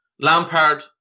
Lampard